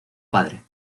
padre